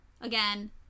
again